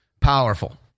Powerful